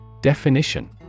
Definition